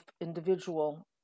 individual